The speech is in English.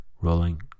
rolling